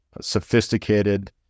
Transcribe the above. sophisticated